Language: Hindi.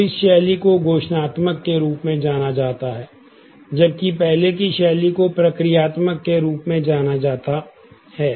तो इस शैली को घोषणात्मक के रूप में जाना जाता है जबकि पहले की शैली को प्रक्रियात्मक के रूप में जाना जाता है